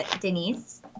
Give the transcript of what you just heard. Denise